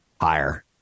higher